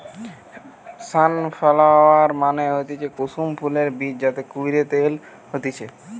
sunflower মানে হতিছে কুসুম ফুলের বীজ যাতে কইরে তেল হতিছে